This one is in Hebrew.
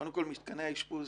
קודם כל, מתקני האשפוז